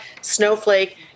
Snowflake